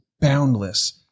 boundless